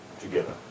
together